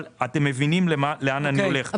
אבל אתם מבינים לאן אני הולך.